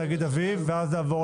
תאגיד אביב,